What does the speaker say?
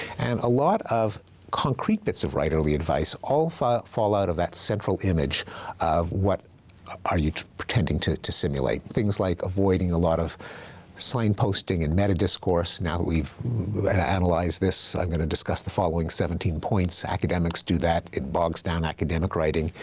and a lot of concrete bits of writerly advice all fall fall out of that central image of what are you pretending to to simulate? things like avoiding a lot of slang posting and metadiscourse. now that we've we've and analyzed this, i'm gonna discuss the following seventeen points. academics do that, it bogs down academic writing.